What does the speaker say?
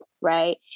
Right